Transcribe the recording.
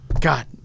God